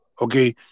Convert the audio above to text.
Okay